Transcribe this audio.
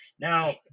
Now